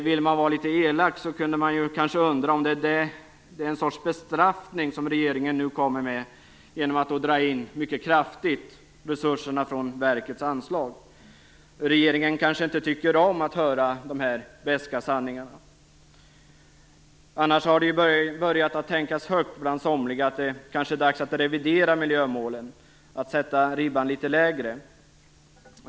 Vill man vara litet elak kan man undra om det kanske är en sorts bestraffning regeringen nu kommer med genom att dra ned resurserna i verkets anslag mycket kraftigt. Regeringen kanske inte tycker om att höra dessa beska sanningar. Annars har ju somliga börjat tänka högt om att det kanske är dags att revidera miljömålen och sätta ribban litet lägre.